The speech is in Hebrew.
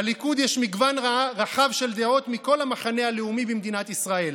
בליכוד יש מגוון רחב של דעות המחנה הלאומי במדינת ישראל.